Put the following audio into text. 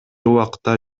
убакта